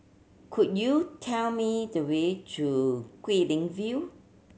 could you tell me the way to Guilin View